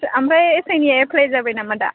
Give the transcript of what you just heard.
ओमफ्राय एसआइनिया एप्लाय जाबाय नामा दा